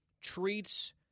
treats